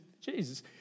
Jesus